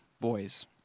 boys